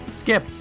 Skip